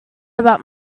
about